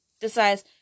decides